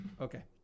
Okay